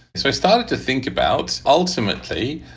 so i started to think about, ultimately,